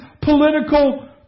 political